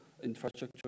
infrastructure